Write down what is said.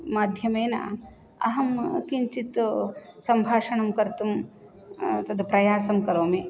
माध्यमेन अहं किञ्चित् सम्भाषणङ्कर्तुं तत् प्रयासं करोमि